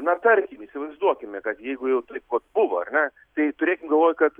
na tarkim įsivaizduokime kad jeigu jau taip vat buvo ar ne tai turėkim galvoj kad